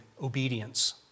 obedience